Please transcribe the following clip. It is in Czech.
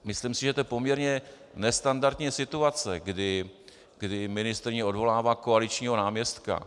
Myslím si, že je to poměrně nestandardní situace, kdy ministryně odvolává koaličního náměstka.